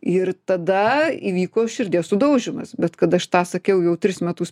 ir tada įvyko širdies sudaužymas bet kad aš tą sakiau jau tris metus